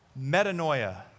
Metanoia